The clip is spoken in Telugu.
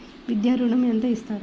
విద్యా ఋణం ఎంత ఇస్తారు?